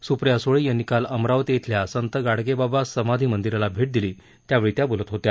सुप्रिया सुळे यांनी काल अमरावती शिल्या संत गाडगेबाब समाधी मंदिराला भेट दिली त्यावेळी त्या बोलत होत्या